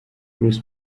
bruce